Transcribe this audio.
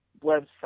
website